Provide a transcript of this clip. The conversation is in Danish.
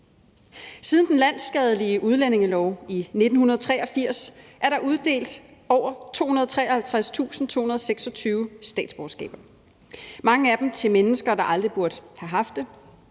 Siden den landsskadelige udlændingelov i 1983 er der uddelt over 253.226 statsborgerskaber og mange af dem til mennesker, der aldrig burde have haft det,